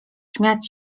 śmiać